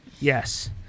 Yes